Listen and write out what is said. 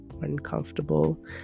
uncomfortable